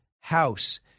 House